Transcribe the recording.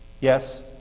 Yes